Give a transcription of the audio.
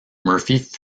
murphy